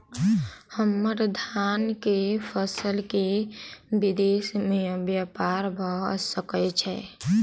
हम्मर धान केँ फसल केँ विदेश मे ब्यपार भऽ सकै छै?